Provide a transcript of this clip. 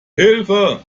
hilfe